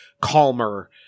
calmer